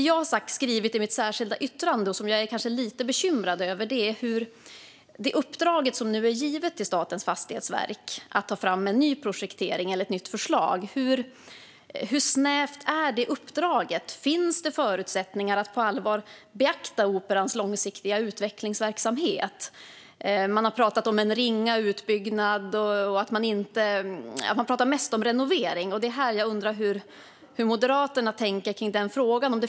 Jag har skrivit i mitt särskilda yttrande om uppdraget till Statens fastighetsverk att ta fram en ny projektering eller ett nytt förslag, som jag är lite bekymrad över. Hur snävt är uppdraget? Finns förutsättningar att på allvar beakta Operans långsiktiga utvecklingsverksamhet? Man har pratat om en ringa utbyggnad och renovering. Det är här jag undrar hur Moderaterna tänker.